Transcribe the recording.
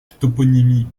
toponymie